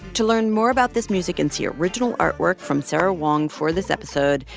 to learn more about this music and see original artwork from sara wong for this episode,